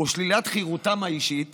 ושלילת חירותם האישית